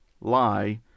lie